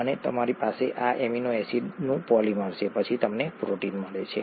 અને તમારી પાસે આ એમિનો એસિડનું પોલિમર છે પછી તમને પ્રોટીન મળે છે